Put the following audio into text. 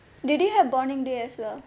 did you have bonding day as well